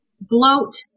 bloat